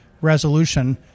resolution